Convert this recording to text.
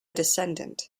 descendant